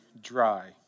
dry